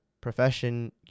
profession